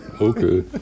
Okay